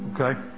Okay